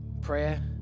prayer